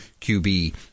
QB